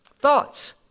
Thoughts